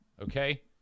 okay